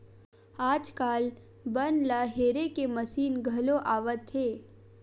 आजकाल बन ल हेरे के मसीन घलो आवत हे